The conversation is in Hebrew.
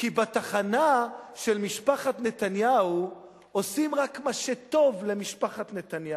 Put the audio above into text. כי בתחנה של משפחת נתניהו עושים רק מה שטוב למשפחת נתניהו,